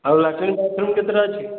ଆଉ latrine bathroom କେତେଟା ଅଛି